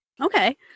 okay